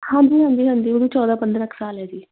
ਹਾਂਜੀ ਹਾਂਜੀ ਹਾਂਜੀ ਉਹਦੀ ਚੌਦਾਂ ਪੰਦਰਾਂ ਕੁ ਸਾਲ ਹੈ ਜੀ